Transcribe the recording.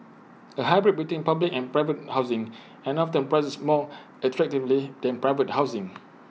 A hybrid between public and private housing and often priced more attractively than private housing